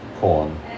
corn